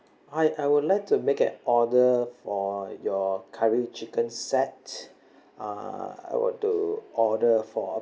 hi I would like to make an order for your curry chicken set uh I want to order for